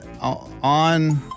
on